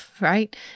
right